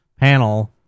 panel